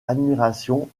admiration